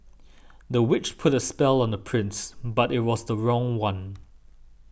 the witch put a spell on the prince but it was the wrong one